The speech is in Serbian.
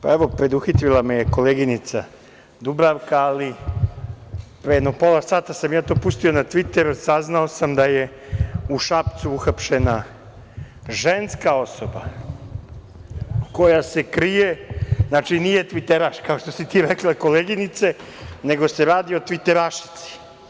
Preduhitrila me je koleginica Dubravka, ali pre jedno pola sata sam ja to pustio na Tviter, saznao sam da je u Šapcu uhapšena ženska osoba koja se krije, znači nije tviteraš, kao što si ti rekla, koleginice, nego se radi o tviterašici.